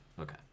Okay